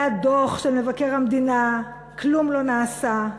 היה דוח של מבקר המדינה, כלום לא נעשה.